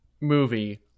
movie